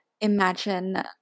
Imagine